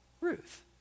Ruth